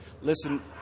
listen